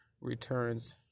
returns